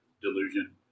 delusion